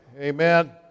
Amen